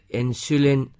insulin